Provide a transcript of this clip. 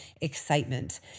excitement